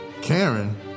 Karen